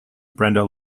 brenda